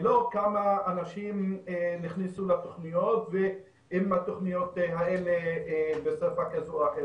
זה לא כמה אנשים נכנסו לתוכניות ואם התוכניות האלה בשפה כזו או אחרת,